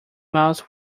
mouse